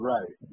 Right